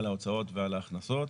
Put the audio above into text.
על ההוצאות ועל ההכנסות,